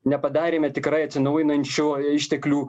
nepadarėme tikrai atsinaujinančių išteklių